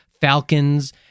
falcons